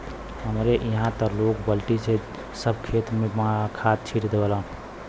हमरे इहां त लोग बल्टी से सब खेत में खाद छिट देवलन